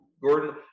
Gordon